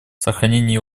сохранение